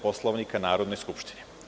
Poslovnika Narodne skupštine.